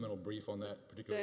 little brief on that particular